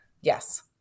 yes